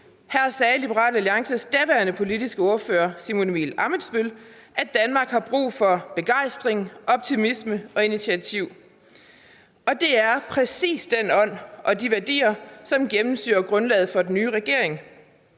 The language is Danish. Her sagde Liberal Alliances daværende politiske ordfører, hr. Simon Emil Ammitzbøll, at Danmark har brug for begejstring, optimisme og initiativ, og det er præcis den ånd og de værdier, som gennemsyrer grundlaget for den nye regering.